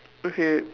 okay